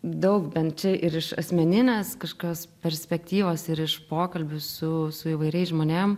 daug bent čia ir iš asmeninės kažkas perspektyvos ir iš pokalbių su su įvairiais žmonėm